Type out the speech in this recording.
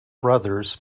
brothers